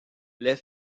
les